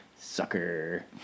Sucker